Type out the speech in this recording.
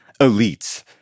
elites